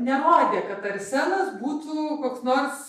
nerodė kad arsenas būtų koks nors